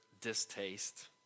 distaste